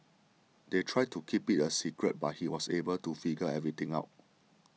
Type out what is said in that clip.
they tried to keep it a secret but he was able to figure everything out